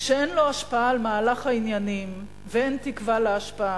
שאין לו השפעה על מהלך העניינים ואין תקווה להשפעה,